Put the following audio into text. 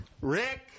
Rick